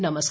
नमस्कार